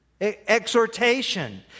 Exhortation